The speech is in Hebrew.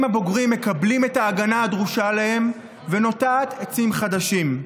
הבוגרים מקבלים את ההגנה הדרושה להם ונוטעת עצים חדשים.